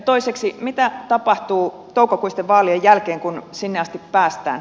toiseksi mitä tapahtuu toukokuisten vaalien jälkeen kun sinne asti päästään